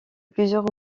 plusieurs